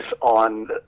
on